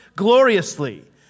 Gloriously